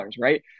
right